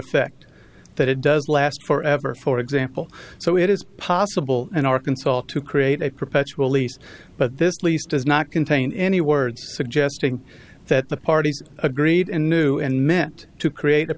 effect that it does last forever for example so it is possible in arkansas to create a perpetual lease but this least does not contain any words suggesting that the parties agreed in new and meant to create a